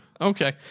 Okay